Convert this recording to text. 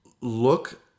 look